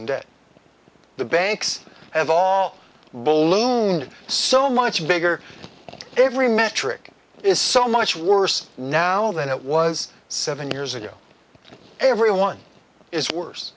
in debt the banks have all bull loaned so much bigger every metric is so much worse now than it was seven years ago everyone is worse